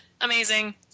amazing